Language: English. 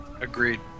Agreed